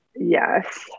Yes